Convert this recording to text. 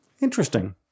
Interesting